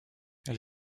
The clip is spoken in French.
elle